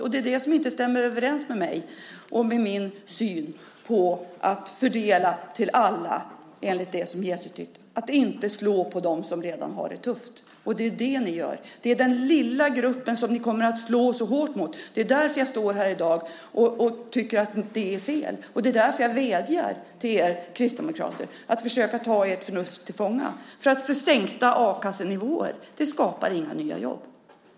Och det är det som inte stämmer överens med min syn på att fördela till alla, enligt det som Jesus tyckte, och att inte slå på dem som redan har det tufft. Det är det ni gör. Det är den lilla gruppen som ni kommer att slå så hårt mot. Det är därför som jag står här i dag och tycker att det är fel. Och det är därför som jag vädjar till er kristdemokrater att ni ska försöka ta ert förnuft till fånga. Sänkta a-kassenivåer skapar inga nya jobb.